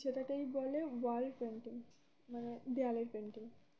সেটাকেই বলে wall painting মানে দেওয়ালের পেন্টিং